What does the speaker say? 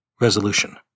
Resolution